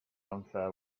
unfair